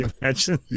imagine